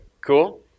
Cool